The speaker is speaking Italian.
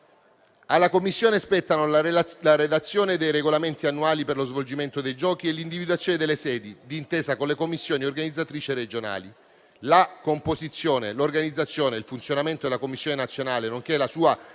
Alla Commissione spettano la redazione dei regolamenti annuali per lo svolgimento dei giochi e l'individuazione delle sedi, d'intesa con le commissioni organizzatrici regionali. La composizione, l'organizzazione e il funzionamento della Commissione nazionale, nonché la sua articolazione